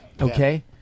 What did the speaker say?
Okay